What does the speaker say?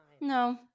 No